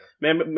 man